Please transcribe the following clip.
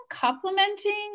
complementing